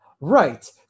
Right